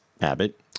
Abbott